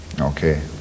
Okay